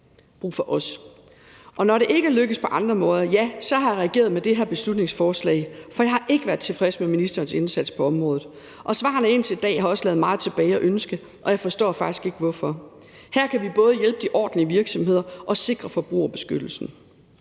brug for os. Når det ikke er lykkedes på andre måder, ja, så har jeg reageret med det her beslutningsforslag, for jeg har ikke været tilfreds med ministerens indsats på området. Og svarene indtil i dag har også ladet meget tilbage at ønske, og jeg forstår faktisk ikke hvorfor. Her kan vi både hjælpe de ordentlige virksomheder og sikre forbrugerbeskyttelsen.